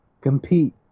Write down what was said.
compete